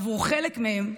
עבור חלק מהם,